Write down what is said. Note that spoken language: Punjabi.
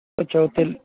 ਅੱਛਾ ਉੱਥੇ ਲ